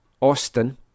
Austin